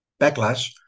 backlash